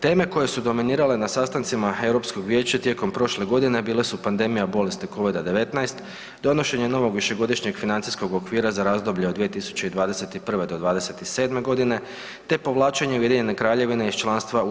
Teme koje su dominirale na sastancima Europskog vijeća tijekom prošle godine bile su pandemija bolesti covid-19, donošenje novog višegodišnjeg financijskog okvira za razdoblje od 2021. do 2027. godine, te povlačenje Ujedinjene Kraljevine iz članstva u EU.